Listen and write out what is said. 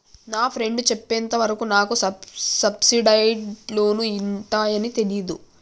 మా ఫ్రెండు చెప్పేంత వరకు నాకు సబ్సిడైజ్డ్ లోన్లు ఉంటయ్యని తెలీదు